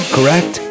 Correct